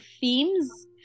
themes